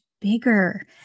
bigger